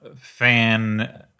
fan